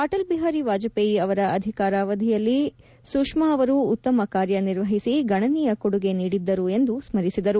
ಅಟಲ್ ಬಿಹಾರಿ ವಾಜಪೇಯಿ ಅವರ ಅಧಿಕಾರಾವಧಿಯಲ್ಲಿ ಅವರು ಉತ್ತಮ ಕಾರ್ಯ ನಿರ್ವಹಿಸಿ ಗಣನೀಯ ಕೊಡುಗೆ ನೀಡಿದ್ದರು ಎಂದು ಸ್ಥಿಸಿದರು